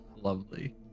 Lovely